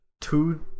Two